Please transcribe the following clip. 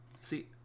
see